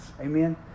Amen